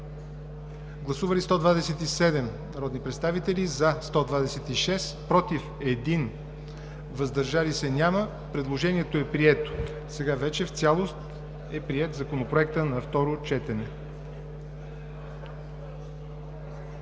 Гласували 127 народни представители: за 126, против 1, въздържали се няма. Предложението е прието. Сега вече в цялост е приет Законопроектът на второ четене.